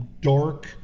dark